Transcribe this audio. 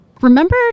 Remember